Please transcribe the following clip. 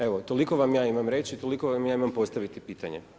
Evo, toliko vam ja imam reći, toliko vam ja imam postaviti pitanje.